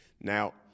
Now